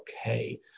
okay